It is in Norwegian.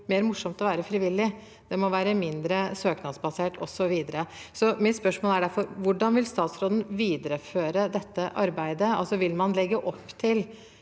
må bli mer morsomt å være frivillig. Det må være mindre søknadsbasert, osv. Mitt spørsmål er derfor: Hvordan vil statsråden videreføre dette arbeidet? Vil man legge opp til